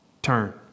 Turn